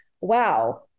wow